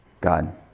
God